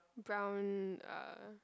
brown uh